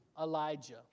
Elijah